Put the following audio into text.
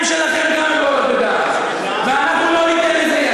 מה אתה, אני מבקש לא להפריע לי.